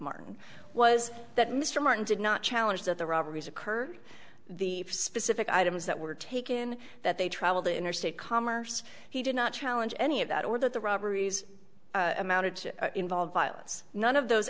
martin was that mr martin did not challenge that the robberies occurred the specific items that were taken that they travel to interstate commerce he did not challenge any of that or that the robberies amounted to involve violence none of those